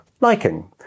liking